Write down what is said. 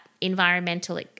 environmental